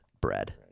bread